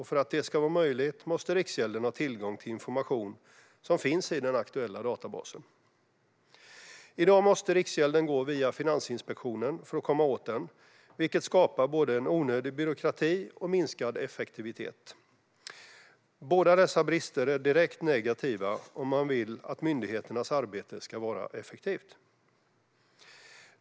För att det ska vara möjligt måste Riksgälden ha tillgång till information som finns i den aktuella databasen. I dag måste Riksgälden gå via Finansinspektionen för att komma åt den, vilket skapar en onödig byråkrati och minskad effektivitet. Båda dessa brister är direkt negativa om man vill att myndigheternas arbete ska vara effektivt.